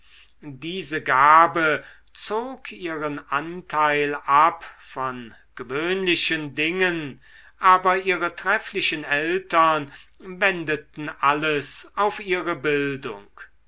diese gabe zog ihren anteil ab von gewöhnlichen dingen aber ihre trefflichen eltern wendeten alles auf ihre bildung